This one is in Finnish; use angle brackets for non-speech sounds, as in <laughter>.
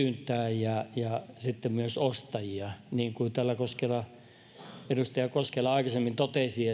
kysyntää ja ja myös ostajia niin kuin täällä edustaja koskela aikaisemmin totesi <unintelligible>